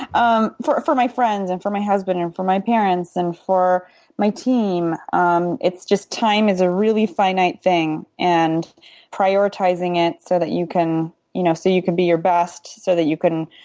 um for for my friends and for my husband and for my parents and for my team, um it's just time is a really a finite thing. and prioritizing it so that you can you know, so you can be your best so that you can,